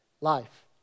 life